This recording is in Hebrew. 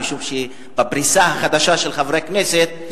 כי בפריסה החדשה של חברי הכנסת,